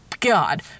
God